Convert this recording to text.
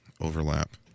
overlap